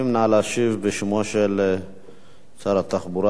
נא להשיב בשמו של שר התחבורה,